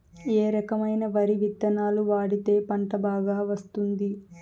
ఏ రకమైన వరి విత్తనాలు వాడితే పంట బాగా వస్తుంది?